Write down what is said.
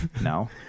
No